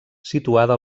situada